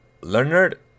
Leonard